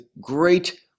great